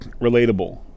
relatable